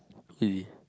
really